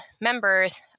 members